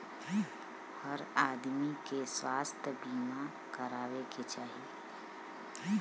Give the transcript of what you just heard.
हर आदमी के स्वास्थ्य बीमा कराये के चाही